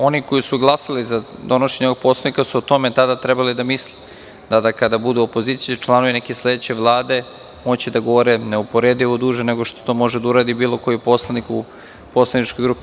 Oni koji su glasali za donošenje ovog Poslovnika su o tome tada trebali da misle, da tada kada budu opozicija, da će članovi neke sledeće Vlade moći da govore neuporedivo duže nego što to može da uradi bilo koji poslanik u poslaničkoj grupi.